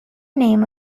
name